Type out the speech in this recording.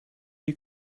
you